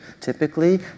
typically